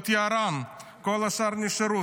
את היערן, וכל השאר נשארו.